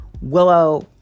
Willow